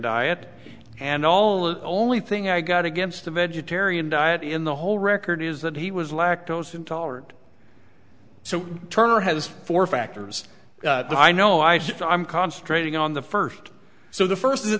diet and all of the only thing i got against a vegetarian diet in the whole record is that he was lactose intolerant so turner has four factors i know i just i'm concentrating on the first so the first is that